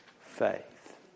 faith